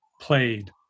played